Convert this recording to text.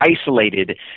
isolated